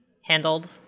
handled